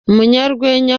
umunyarwenya